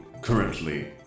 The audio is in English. currently